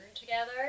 together